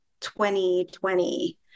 2020